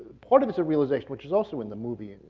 part of it's a realization, which is also in the movie,